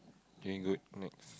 drink good next